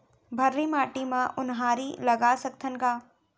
भर्री माटी म उनहारी लगा सकथन का?